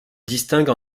distingue